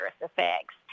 effects